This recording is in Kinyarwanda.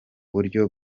buryo